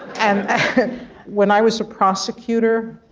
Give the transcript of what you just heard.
and when i was a prosecutor,